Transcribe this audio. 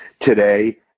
today